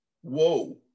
whoa